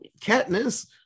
katniss